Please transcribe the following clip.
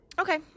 okay